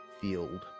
field